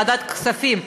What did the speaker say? ועדת הכספים,